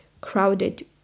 crowded